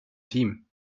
team